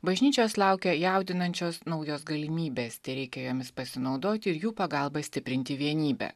bažnyčios laukia jaudinančios naujos galimybės tereikia jomis pasinaudoti ir jų pagalba stiprinti vienybę